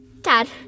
Dad